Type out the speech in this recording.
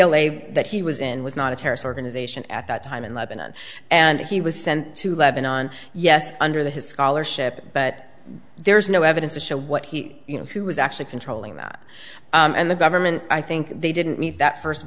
l a that he was in was not a terrorist organization at that time in lebanon and he was sent to lebanon yes under the his scholarship but there is no evidence to show what he you know who was actually controlling that and the government i think they didn't meet that